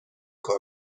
کنم